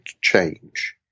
change